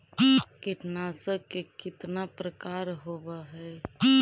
कीटनाशक के कितना प्रकार होव हइ?